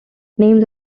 names